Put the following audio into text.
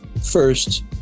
first